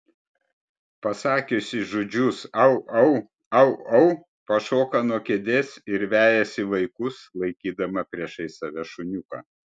pasakiusi žodžius au au au au pašoka nuo kėdės ir vejasi vaikus laikydama priešais save šuniuką